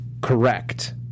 correct